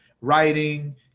writing